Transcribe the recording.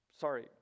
Sorry